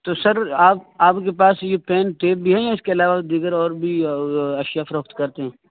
تو سر آپ آپ کے پاس یہ پین ٹیپ بھی ہیں یا اس کے علاوہ دیگر اور بھی اشیاء فروخت کرتے ہیں